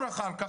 אחר כך,